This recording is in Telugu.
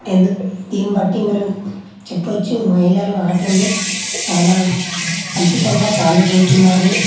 ఎందుకు దీన్ని బట్టి చెప్పవచ్చు మహిళలు ఆటలో చాలా అద్భుతంగా పాల్గొంటున్నారు